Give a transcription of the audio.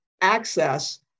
access